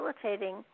facilitating